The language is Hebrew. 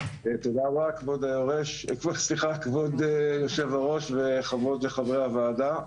תודה רבה, כבוד היושב-ראש וחברות וחברי הוועדה.